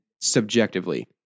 subjectively